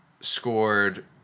scored